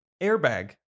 airbag